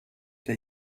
der